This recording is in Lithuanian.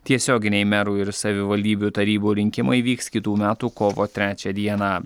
tiesioginiai merų ir savivaldybių tarybų rinkimai vyks kitų metų kovo trečią dieną